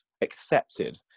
accepted